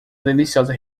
deliciosa